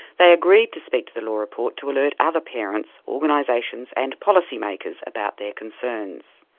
they agreed to speak to the law report to alert other parents, organisations and policy-makers about their concerns.